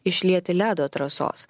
išlieti ledo trasos